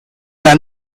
than